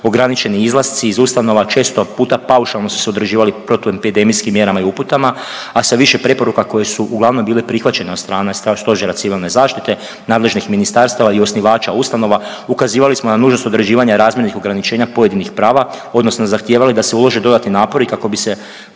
ograničeni izlasci iz ustanova često puta paušalno su se … protuepidemijskim mjerama i uputama, a sa više preporuka koje su uglavnom bile prihvaćene od strane Stožera civilne zaštite, nadležnih ministarstava i osnivača ustanova, ukazivali smo na nužnost određivanja razmjernih ograničenja pojedinih prava odnosno zahtijevali da se ulože dodatni napori kako bi se